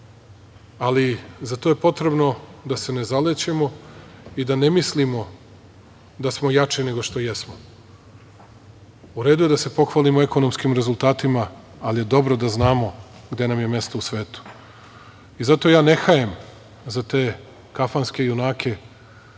ali za to je potrebno da se ne zalećemo i da ne mislimo da smo jači nego što jesmo. U redu je da se pohvalimo ekonomskim rezultatima, ali je dobro da znamo gde nam je mesto u svetu. Zato ja ne hajem za te kafanske junake